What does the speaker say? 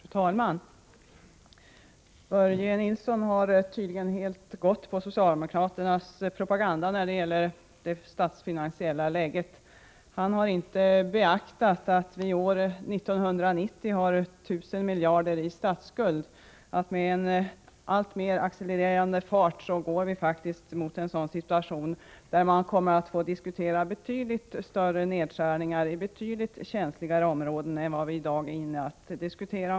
Fru talman! Börje Nilsson har tydligen helt anslutit sig socialdemokraternas propaganda när det gäller det statsfinansiella läget. Han har inte beaktat att vi år 1990 har 1 000 miljarder i statsskuld. Med en alltmer accelererande fart går vi faktiskt mot en sådan situation, där man kommer att få diskutera betydligt större nedskärningar i betydligt känsligare områden än vad diskussionen i dag gäller.